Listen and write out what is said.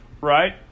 right